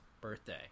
birthday